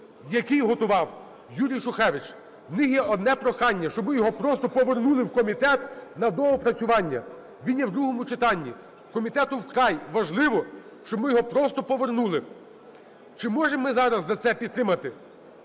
який готував Юрій Шухевич. У них є одне прохання: щоб ми його просто повернули в комітет на доопрацювання. Він є в другому читанні. Комітету вкрай важливо, щоб ми його просто повернули. Чи можемо ми зараз це підтримати?